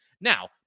Now